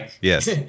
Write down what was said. Yes